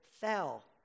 fell